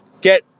Get